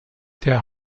der